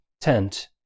tent